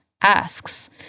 asks